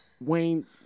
Wayne